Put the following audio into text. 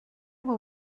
will